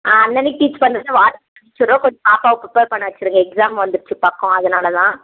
ஆ அன்னன்னக்கு டீச் பண்ணது வாட்சாப்பில் அனுப்பிச்சி விட்றோம் கொஞ்சம் பாப்பாவை ப்ரிப்பர் பண்ண வச்சுருங்க எக்ஸாம் வந்துருச்சு பக்கம் அதனால்தான்